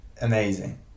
Amazing